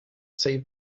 save